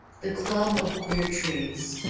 the club of queer trades.